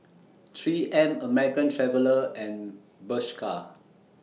three M American Traveller and Bershka